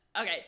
okay